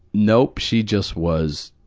nope, she just was,